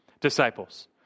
disciples